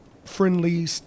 Friendly